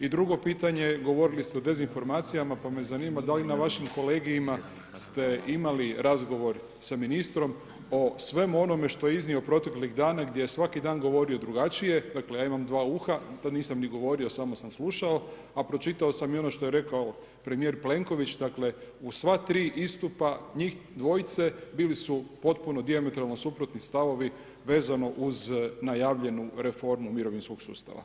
I drugo pitanje, govorili ste o dezinformacijama, pa me zanima da li na vašim kolegijima ste imali razgovor sa ministrom o svemu onome što je iznio proteklih dana gdje je svaki dan govorio drugačije, dakle ja imam dva uha, tad nisam ni govorio, samo sam slušao, a pročitao sam i ono što je rekao premijer Plenković, dakle u sva tri istupa njih dvojice bili su potpuno dijametralno suprotni stavovi vezano uz najavljenu reformu mirovinskog sustava.